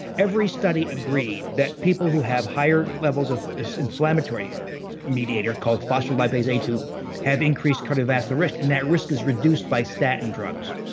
every study agreed that people who have higher levels of this inflammatory mediator called phospholipase a two have increased cardiovascular risk, and that risk is reduced by statin drugs.